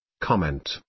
Comment